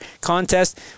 contest